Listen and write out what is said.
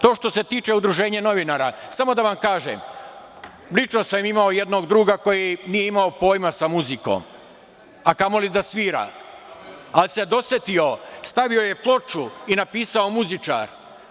To što se tiče udruženja novinara, samo da vam kažem, lično sam imao jednog druga koji nije imao pojma sa muzikom, a kamoli da svira, ali se dosetio, stavio je ploču i napisao muzičar.